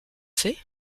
fait